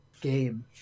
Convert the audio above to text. game